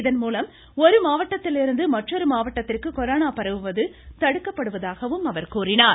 இதன் மூலம் ஒரு மாவட்டத்திலிருந்து மற்றொரு மாவட்டத்திற்கு கொரோனா பரவுவது தடுக்கப்படுவதாகவும் கூறினார்